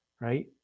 Right